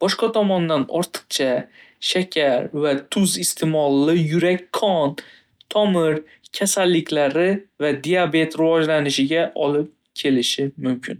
Boshqa tomondan, ortiqcha shakar va tuz iste'moli yurak-qon tomir kasalliklari va diabet rivojlanishiga olib kelishi mumkin.